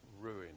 ruined